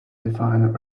defined